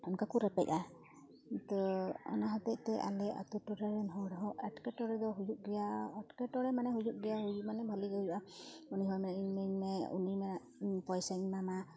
ᱚᱱᱠᱟ ᱠᱚ ᱨᱮᱯᱮᱡᱼᱟ ᱛᱚ ᱚᱱᱟ ᱦᱚᱛᱮᱫ ᱛᱮ ᱟᱞᱮ ᱟᱹᱛᱩ ᱴᱚᱞᱟᱨᱮᱱ ᱦᱚᱲ ᱦᱚᱸ ᱮᱴᱠᱮᱴᱚᱬᱮ ᱫᱚ ᱦᱩᱭᱩᱜ ᱜᱮᱭᱟ ᱮᱴᱠᱮᱴᱚᱬᱮ ᱢᱟᱱᱮ ᱦᱩᱭᱩᱜ ᱜᱮᱭᱟ ᱦᱩᱭ ᱢᱟᱱᱮ ᱵᱷᱟᱹᱞᱤᱜᱮ ᱦᱩᱭᱩᱜᱼᱟ ᱩᱱᱤ ᱦᱚᱸ ᱢᱮᱱᱟ ᱤᱧ ᱤᱢᱟᱹᱧ ᱢᱮ ᱩᱱᱤ ᱢᱮᱱᱟ ᱤᱧ ᱯᱚᱭᱥᱟᱧ ᱮᱢᱟᱢᱟ